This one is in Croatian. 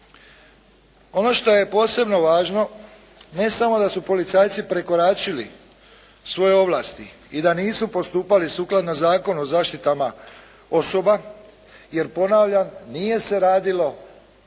Ono što je posebno važno, ne samo da su policajci prekoračili svoje ovlasti i da nisu postupali sukladno Zakonu o zaštitama osoba. Jer ponavljam, nije se radilo